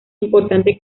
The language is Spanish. importante